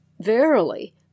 Verily